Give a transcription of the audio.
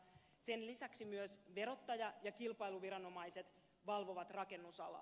sen lisäksi myös verottaja ja kilpailuviranomaiset valvovat rakennusalaa